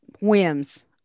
whims